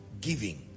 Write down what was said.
giving